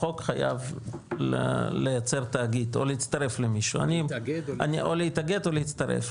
אני בחוק חייב לייצר תאגיד או להצטרף למישהו או להתאגד או להצטרף.